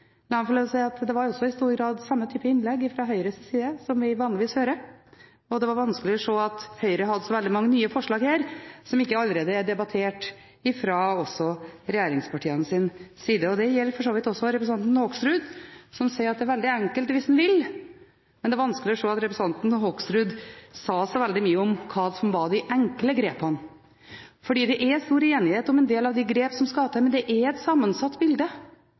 La meg få lov til å si at det også i stor grad var samme type innlegg fra Høyres side som vi vanligvis hører, og det var vanskelig å se at Høyre hadde så veldig mange nye forslag her som ikke allerede er debattert, også fra regjeringspartienes side. Dette gjelder for så vidt også representanten Hoksrud, som sier at det er veldig enkelt hvis man vil, men det er vanskelig å se at representanten Hoksrud sa så veldig mye om hva som var de enkle grepene. Det er stor enighet om en del av de grepene som skal til, men det er et sammensatt bilde.